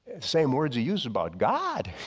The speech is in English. same words he used about god.